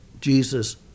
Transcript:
Jesus